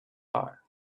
heart